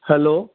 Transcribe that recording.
hello